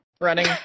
Running